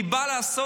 באה לעשות